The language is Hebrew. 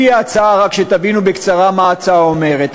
בקצרה, רק שתבינו מה ההצעה אומרת.